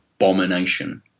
Abomination